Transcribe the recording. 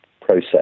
process